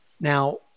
Now